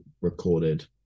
recorded